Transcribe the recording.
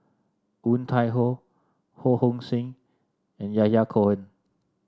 Woon Tai Ho Ho Hong Sing and Yahya Cohen